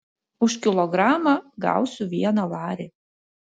už kilogramą gausiu vieną larį